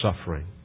suffering